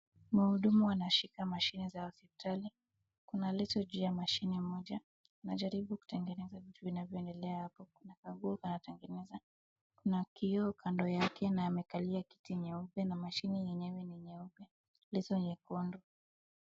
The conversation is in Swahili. Mhudumu anashika mashini za hospitali, kuna leso juu ya mashini moja, anajaribu kutengeneza vitu vinavyoendelea hapo na anatengeneza na kioo kando yake na amekalia kiti nyeupe na mashini yenyewe ni nyeupe na leso nyekundu.